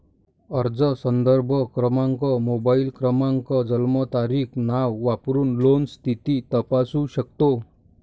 अर्ज संदर्भ क्रमांक, मोबाईल क्रमांक, जन्मतारीख, नाव वापरून लोन स्थिती तपासू शकतो